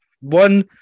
one